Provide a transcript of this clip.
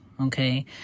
okay